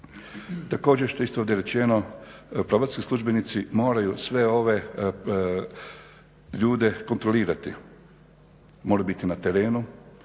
Također što je isto ovdje rečeno probacijski službenici moraju sve ove ljude kontrolirati moraju biti na terenu